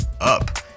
up